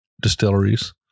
distilleries